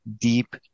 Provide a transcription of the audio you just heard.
deep